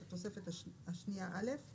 את התוספת השנייה א';